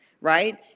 right